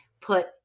put